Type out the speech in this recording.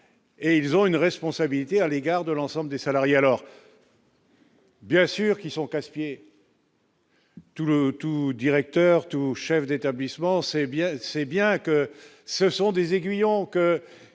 et ils ont une responsabilité à l'égard de l'ensemble des salariés alors. Bien sûr qu'ils sont casse-pieds. Tout le tout directeur tout chef d'établissement, c'est bien, c'est bien que ce sont des aiguillons qu'il